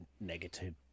negative